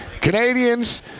Canadians